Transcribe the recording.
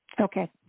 okay